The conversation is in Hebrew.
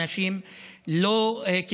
לא התגאינו שהרגנו אנשים,